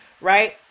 right